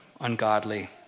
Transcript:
ungodly